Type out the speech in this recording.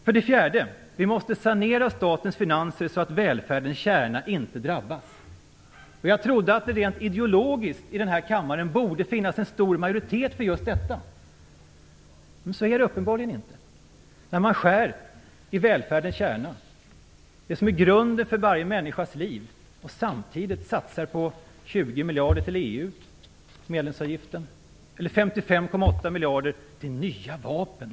För det fjärde måste vi sanera statens finanser så att välfärdens kärna inte drabbas. Jag trodde att det rent ideologisk i den här kammaren borde finnas en stor majoritet för just detta. Men så är det uppenbarligen inte. Man skär i välfärdens kärna - det som är grunden för varje människas liv - samtidigt som man satsar på 20 miljarder i medlemsavgift till EU eller 55,8 miljarder till nya vapen.